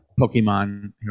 Pokemon